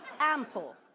Ample